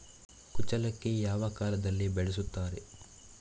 ಕುಚ್ಚಲಕ್ಕಿ ಯಾವ ಕಾಲದಲ್ಲಿ ಬೆಳೆಸುತ್ತಾರೆ?